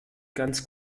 ganz